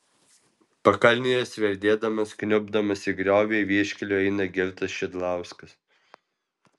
pakalnėje sverdėdamas kniubdamas į griovį vieškeliu eina girtas šidlauskas